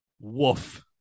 woof